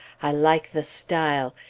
i like the style!